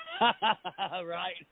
Right